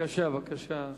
אתם מפריעים.